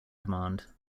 command